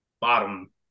bottom